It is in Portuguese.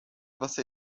você